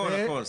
הכל, הכל.